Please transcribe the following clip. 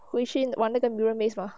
回去玩那个 mirror maze 吗